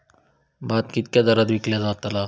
भात कित्क्या दरात विकला जा?